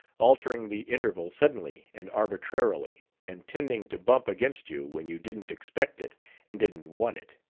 altering the interval suddenly and arbitrarily, and tending to bump against you when you didn't expect it and didn't want it.